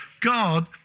God